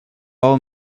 all